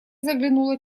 заглянула